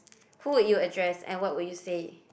who would you address and what would you say